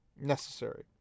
necessary